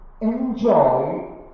Enjoy